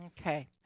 Okay